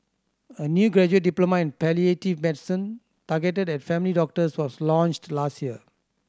a new graduate diploma in palliative medicine targeted at family doctors was launched last year